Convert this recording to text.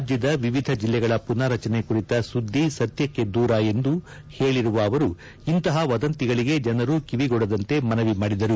ರಾಜ್ಯದ ವಿವಿಧ ಜೆಲ್ಲೆಗಳ ಪುನಾರಚನೆ ಕುರಿತ ಸುದ್ದಿ ಸತ್ಯಕ್ಷೆ ದೂರ ಎಂದು ಹೇಳರುವ ಅವರು ಇಂತಹ ವದಂತಿಗಳಿಗೆ ಜನರು ಕಿವಿಗೊಡದಂತೆ ಮನವಿ ಮಾಡಿದರು